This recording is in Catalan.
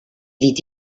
dit